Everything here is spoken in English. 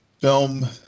film